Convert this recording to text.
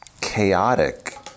chaotic